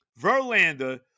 Verlander